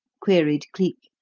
queried cleek,